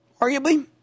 arguably